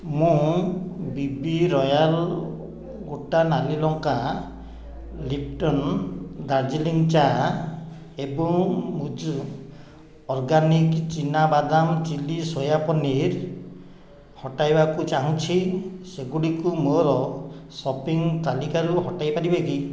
ମୁଁ BB royal ଗୋଟା ନାଲି ଲଙ୍କା ଲିପ୍ଟନ ଦାର୍ଜିଲିଂ ଚା' ଏବଂ ଅର୍ଗାନିକ୍ ଚିନା ବାଦାମ ଚିଲ୍ଲି ସୋୟା ପନିର୍ ହଟାଇବାକୁ ଚାହୁଁଛି ସେଗୁଡ଼ିକୁ ମୋର ଶପିଂ ତାଲିକାରୁ ହଟାଇପାରିବେ କି